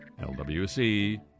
lwc